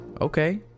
Okay